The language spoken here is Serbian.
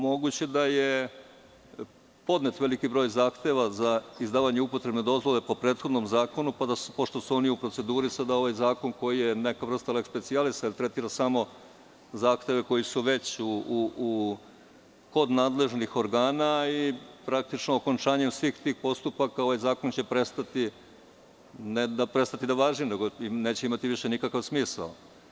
Moguće da je podnet veliki broj zahteva za izdavanje upotrebne dozvole po prethodnom zakonu, pošto su oni u proceduri, sada ovaj zakon koji je neka vrsta leks specijalisa, jer tretira samo zahteve koji su već kod nadležnih organa i praktično okončanjem svih tih postupaka ovaj zakon će, ne prestati da važi, nego neće imati više nikakav smisao.